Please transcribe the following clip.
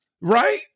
Right